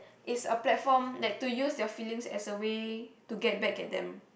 it's a platform like to use your feelings as a way to get back at them